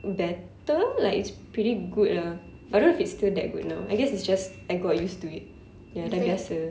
better like it's pretty good ah I don't know if it's still that good now I guess it's just I got used to it you know dah biasa